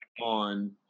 on